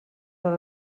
van